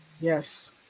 Yes